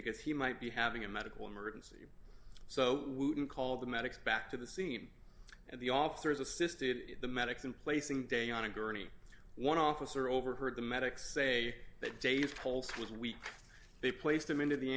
because he might be having a medical emergency so we wouldn't call the medics back to the seam and the officers assisted the medics in placing day on a gurney one officer overheard the medics say that dave coles was weak they placed him into the